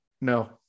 no